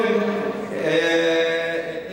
בכל אופן, אם